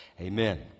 Amen